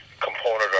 component